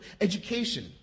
education